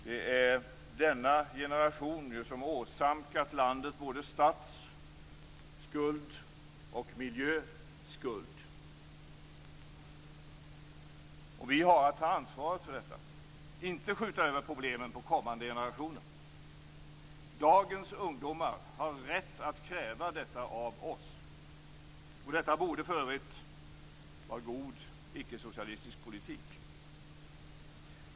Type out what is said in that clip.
Det är denna generation som åsamkat landet både statsskuld och miljöskuld. Vi har att ta ansvaret för detta - inte skjuta över problemen på kommande generationer. Dagens ungdomar har rätt att kräva detta av oss. Detta borde för övrigt vara god ickesocialistisk politik.